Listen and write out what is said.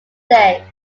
day